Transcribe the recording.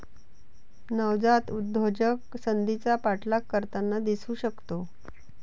नवजात उद्योजक संधीचा पाठलाग करताना दिसू शकतो